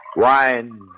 wine